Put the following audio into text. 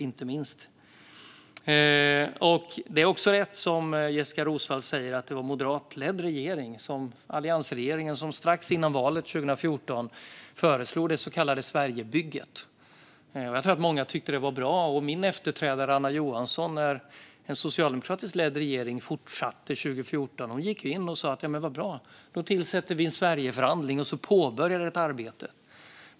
Jessika Roswall har rätt i att det var en moderatledd regering - alliansregeringen - som strax före valet 2014 föreslog det så kallade Sverigebygget. Jag tror att många tyckte att det var bra. Min företrädare Anna Johansson fortsatte 2014 i en socialdemokratiskt ledd regering. Hon gick in och sa: Vad bra, vi tillsätter en Sverigeförhandling och påbörjar ett arbete.